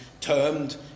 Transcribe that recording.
termed